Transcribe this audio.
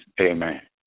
Amen